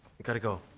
gotta go.